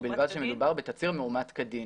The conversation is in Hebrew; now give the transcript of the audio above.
ובלבד שמדובר בתצהיר מאומת כדין.